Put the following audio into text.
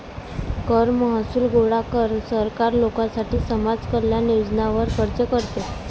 कर महसूल गोळा कर, सरकार लोकांसाठी समाज कल्याण योजनांवर खर्च करते